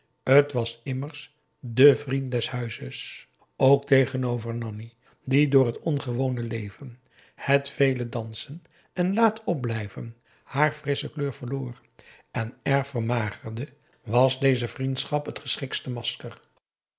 t was immers de vriend des huizes ook tegenover nanni die door het ongewone leven het vele dansen en laat opblijven haar frissche kleur verloor en erg vermagerde was deze vriendschap t geschiktste masker